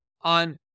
on